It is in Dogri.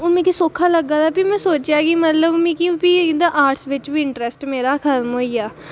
हून मिगी सौखा लग्गा दा ते में सोचेआ मतलब भी मिगी आर्टस बिच बी इंटरस्ट मेरा खत्म होई गेआ